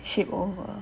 ship over